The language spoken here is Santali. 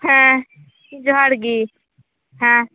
ᱦᱮᱸ ᱡᱚᱦᱟᱨ ᱜᱮ ᱦᱮᱸ